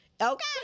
Okay